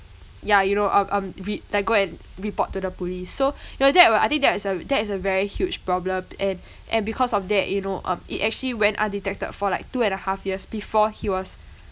yeah you know um um re~ like go and report to the police so you know that will I think that is a that is a very huge problem and and because of that you know um it actually went undetected for like two and a half years before he was